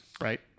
right